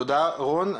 תודה רון.